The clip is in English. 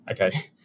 okay